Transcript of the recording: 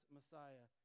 Messiah